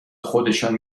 خودشان